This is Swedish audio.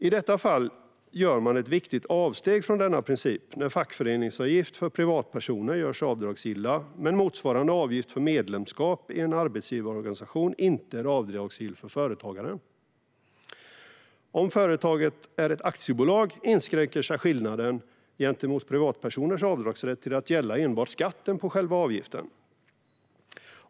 I detta fall gör man ett viktigt avsteg från denna princip när fackföreningsavgifter för privatpersoner görs avdragsgilla men motsvarande avgift för medlemskap i en arbetsgivarorganisation inte är avdragsgill för företagaren. Om företaget är ett aktiebolag inskränker sig skillnaden gentemot privatpersoners avdragsrätt till att gälla enbart skatten på själva avgiften.